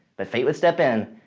but fate would step in,